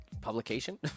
publication